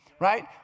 Right